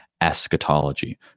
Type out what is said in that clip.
Eschatology